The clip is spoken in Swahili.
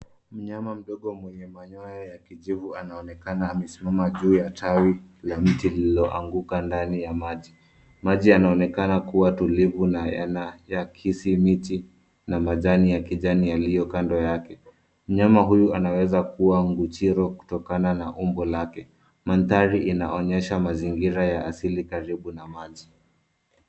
Mnyama mdogo mwenye manyoya ya kijivu anaonekana amesimama juu ya tawi ya miti lililoanguka ndani ya maji. Maji yanaonekana kuwa tulivu na yanayakisi miti na majani ya kijani yaliyo kando yake. Mnyama huyu anaweza kuwa nguchiro kutokana na umbo lake. Mandhari inaonyesha mazingira ya asili karibu na maji.